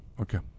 Okay